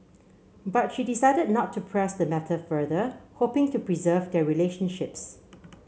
but she decided not to press the matter further hoping to preserve their relationships